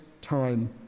time